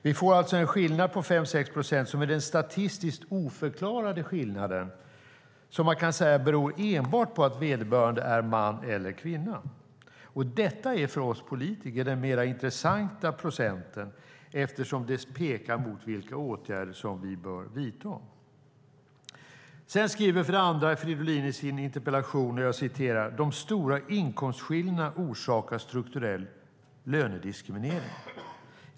Vi får alltså kvar en skillnad på 5-6 procent som är den statistiskt oförklarade skillnaden som man kan säga beror enbart på att vederbörande är man eller kvinna. Detta är för oss politiker den mer intressanta procenten eftersom den pekar på vilka åtgärder vi bör vidta. Sedan skriver Fridolin i sin interpellation att "orsaken till de stora inkomstskillnaderna är alltså strukturell lönediskriminering."